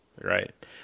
right